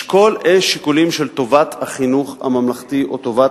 לשקול שיקולים של טובת החינוך הממלכתי או טובת